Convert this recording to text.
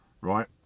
right